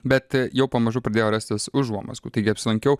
bet a jau pamažu pradėjo rastis užuomazgų taigi apsilankiau